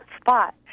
spot